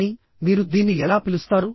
కానీ మీరు దీన్ని ఎలా పిలుస్తారు